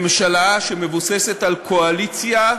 ממשלה שמבוססת על קואליציה צרה,